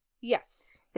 Yes